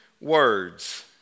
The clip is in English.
words